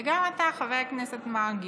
וגם אתה, חבר הכנסת מרגי.